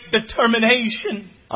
determination